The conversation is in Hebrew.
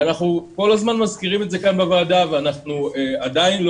אנחנו כל הזמן מזכירים את זה כאן בוועדה ועדיין אנחנו